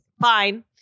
Fine